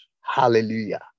Hallelujah